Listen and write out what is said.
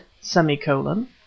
semicolon